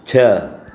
छह